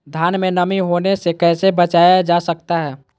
धान में नमी होने से कैसे बचाया जा सकता है?